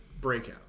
breakout